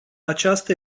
aceasta